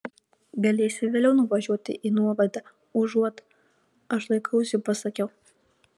galėsi vėliau nuvažiuoti į nuovadą užuot aš laikausi pasakiau